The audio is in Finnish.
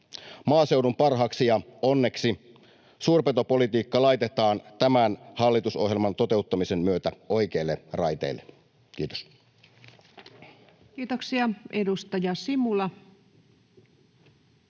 Maaseudun parhaaksi ja onneksi suurpetopolitiikka laitetaan tämän hallitusohjelman toteuttamisen myötä oikeille raiteille. — Kiitos. [Speech